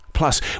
Plus